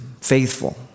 faithful